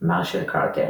מרשל קרטר